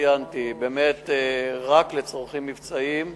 ציינתי: באמת רק לצרכים מבצעיים.